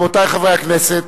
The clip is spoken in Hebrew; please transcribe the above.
רבותי חברי הכנסת,